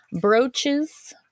Brooches